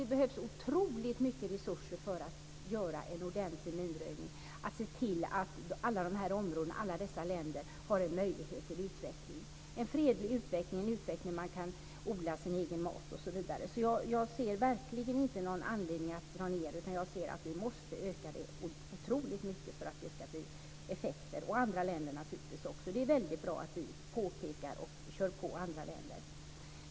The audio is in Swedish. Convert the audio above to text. Det behövs otroligt mycket resurser för att göra en ordentlig minröjning och se till att alla dessa länder får möjlighet till en fredlig utveckling så att man kan odla sin egen mat osv. Jag ser verkligen inte någon anledning att dra ned, utan jag anser att vi måste öka detta otroligt mycket för att det skall få effekter. Andra länder måste naturligtvis också hjälpa till. Det är väldigt bra att vi påpekar detta och driver på andra länder.